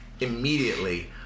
immediately